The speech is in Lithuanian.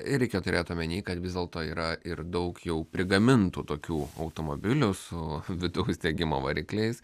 reikia turėt omenyje kad vis dėlto yra ir daug jau prigamintų tokių automobilių su vidaus degimo varikliais